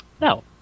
No